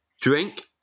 drink